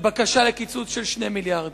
בקשה לקיצוץ של 2 מיליארדים.